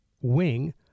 wing